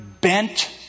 bent